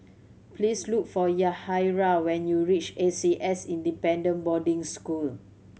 please look for Yahaira when you reach A C S Independent Boarding School